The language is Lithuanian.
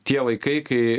tie laikai kai